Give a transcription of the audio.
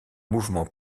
mouvement